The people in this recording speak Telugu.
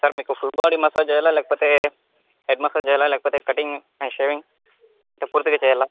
సార్ మీకు ఫుల్ బాడీ మసాజ్ చేయాలా లేకపోతే హెడ్ మసాజ్ చేయాలా లేకపోతే కటింగ్ షేవింగ్ అంటే పూర్తిగా చేయాలా